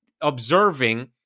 observing